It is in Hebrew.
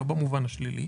לא במובן השלילי,